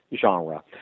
genre